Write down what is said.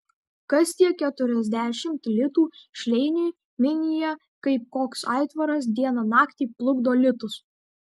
kas tie keturiasdešimt litų šleiniui minija kaip koks aitvaras dieną naktį plukdo litus